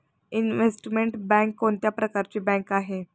Investment bank कोणत्या प्रकारची bank आहे?